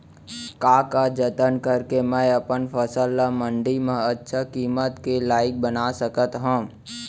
का का जतन करके मैं अपन फसल ला मण्डी मा अच्छा किम्मत के लाइक बना सकत हव?